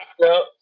No